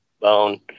bone